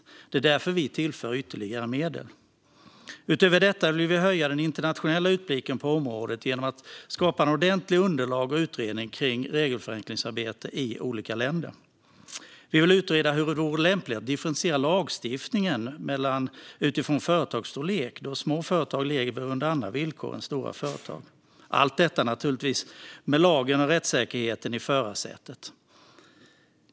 Det är därför som vi tillför ytterligare medel. Utöver detta vill vi höja den internationella utblicken på området genom att skapa ett ordentligt underlag och en utredning om regelförenklingsarbete i olika länder. Vi vill utreda huruvida det vore lämpligt att differentiera lagstiftningen utifrån företagsstorlek, då små företag lever under andra villkor än stora företag. Allt detta ska naturligtvis göras med lagen och rättssäkerheten i förarsätet.